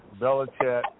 Belichick